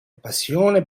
passione